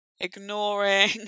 ignoring